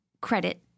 credit